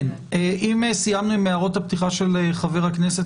אם סיימנו עם הערות הפתיחה של חברי הכנסת